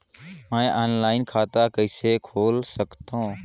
मैं ऑनलाइन खाता कइसे खोल सकथव?